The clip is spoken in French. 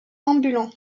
ambulant